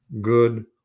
good